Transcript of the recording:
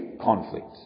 conflict